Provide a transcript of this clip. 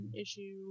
issue